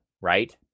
right